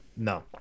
no